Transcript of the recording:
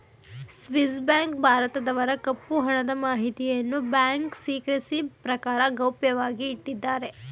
Swiss bank ಭಾರತದವರ ಕಪ್ಪು ಹಣದ ಮಾಹಿತಿಯನ್ನು ಬ್ಯಾಂಕ್ ಸಿಕ್ರೆಸಿ ಪ್ರಕಾರ ಗೌಪ್ಯವಾಗಿ ಇಟ್ಟಿದ್ದಾರೆ